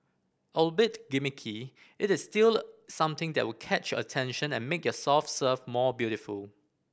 albeit gimmicky it is still something that will catch your attention and make your soft serve more beautiful